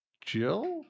Jill